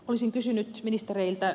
olisin kysynyt ministereiltä